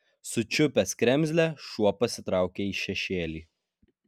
sučiupęs kremzlę šuo pasitraukė į šešėlį